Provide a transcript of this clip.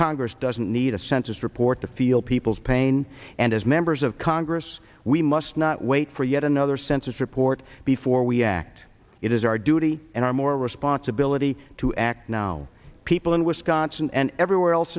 congress doesn't need a census report to feel people's pain and as members of congress we must not wait for yet another census report before we act it is our duty and our moral responsibility to act now people in wisconsin and everywhere else